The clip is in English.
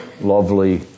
lovely